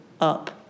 up